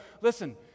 listen